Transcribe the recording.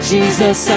Jesus